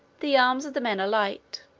the arms of the men are light,